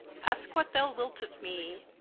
aske what thou wilt of mee.